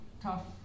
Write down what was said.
tough